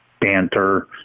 banter